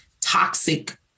toxic